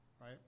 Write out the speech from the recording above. right